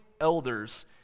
elders